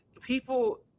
people